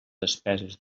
despeses